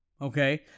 okay